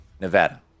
Nevada